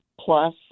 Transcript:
plus